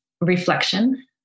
reflection